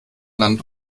land